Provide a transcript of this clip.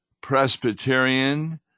Presbyterian